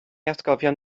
atgofion